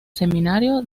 seminario